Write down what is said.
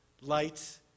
light